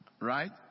Right